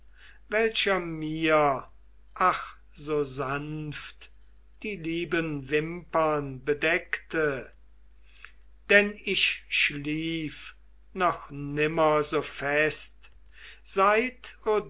welcher mir ach so sanft die lieben wimpern bedeckte denn ich schlief noch nimmer so fest seit